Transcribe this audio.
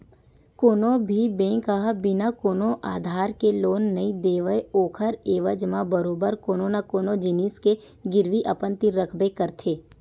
कोनो भी बेंक ह बिना कोनो आधार के लोन नइ देवय ओखर एवज म बरोबर कोनो न कोनो जिनिस के गिरवी अपन तीर रखबे करथे